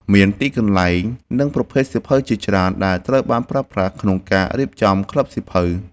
មានទីកន្លែង និងប្រភេទសៀវភៅជាច្រើនដែលត្រូវបានប្រើប្រាស់ក្នុងការរៀបចំក្លឹបសៀវភៅ។